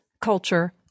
culture